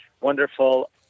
wonderful